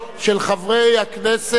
של חברי הכנסת